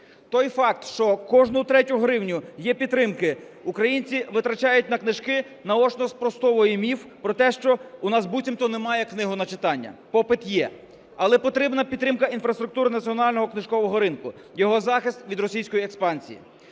Той факт, що кожну третю гривню єПідтримки українці витрачають на книжки, наочно спростовує міф про те, що у нас буцімто немає книгочитання. Попит є. Але потрібна підтримка інфраструктури національного книжкового ринку, його захист від російської експансії.